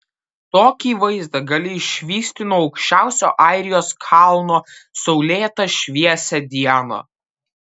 tokį vaizdą gali išvysti nuo aukščiausio airijos kalno saulėtą šviesią dieną